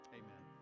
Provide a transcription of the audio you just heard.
amen